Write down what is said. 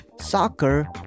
soccer